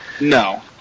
No